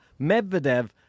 Medvedev